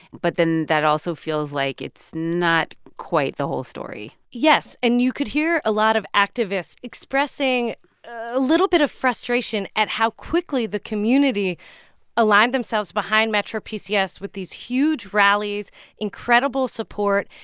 but then that also feels like it's not quite the whole story yes. and you could hear a lot of activists expressing a little bit of frustration at how quickly the community aligned themselves behind metro pcs with these huge rallies incredible support.